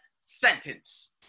sentence